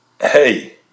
hey